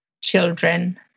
children